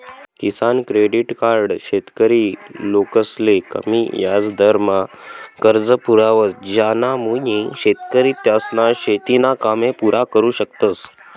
किसान credit card शेतकरी लोकसले कमी याजदरमा कर्ज पुरावस ज्यानामुये शेतकरी त्यासना शेतीना कामे पुरा करु शकतस